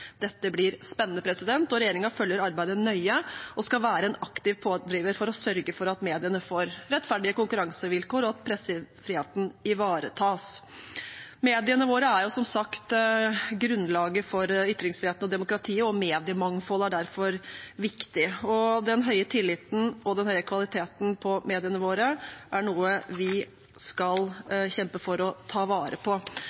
Dette blir spennende, og regjeringen følger arbeidet nøye og skal være en aktiv pådriver for å sørge for at mediene får rettferdige konkurransevilkår, og at pressefriheten ivaretas. Mediene våre er som sagt grunnlaget for ytringsfriheten og demokratiet, og mediemangfold er derfor viktig. Den høye tilliten og den høye kvaliteten på mediene våre er noe vi skal kjempe for å ta vare på.